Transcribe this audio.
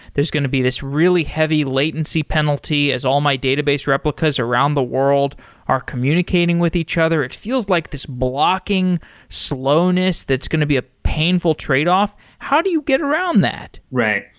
there's going to be this really heavy latency penalty as all my database replicas around the world are communicating with each other. it feels like this blocking slowness that's going to be a painful tradeoff. how do you get around that? right.